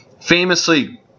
famously